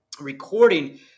recording